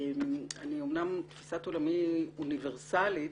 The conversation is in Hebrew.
אמנם תפיסת עולמי אוניברסלית,